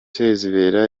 sezibera